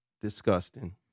disgusting